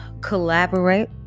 collaborate